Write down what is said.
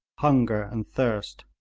hunger and thirst.